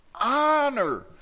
Honor